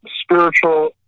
spiritual